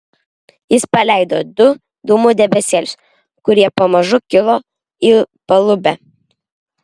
jis paleido du dūmų debesėlius kurie pamažu kilo į palubę